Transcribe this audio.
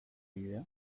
bidea